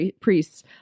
priests